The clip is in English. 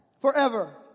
forever